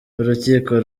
urukiko